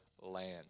land